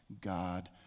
God